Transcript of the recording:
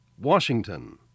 Washington